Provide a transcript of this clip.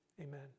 Amen